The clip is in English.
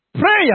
Prayer